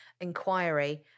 inquiry